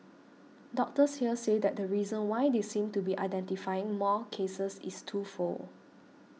doctors here say that the reason why they seem to be identifying more cases is twofold